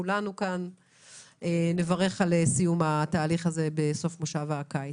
כולנו כאן נברך על סיום התהליך הזה בסוף מושב הקיץ.